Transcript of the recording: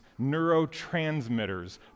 neurotransmitters